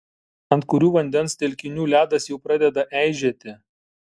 ant kurių vandens telkinių ledas jau pradeda eižėti